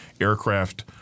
aircraft